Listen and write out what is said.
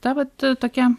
ta vat tokia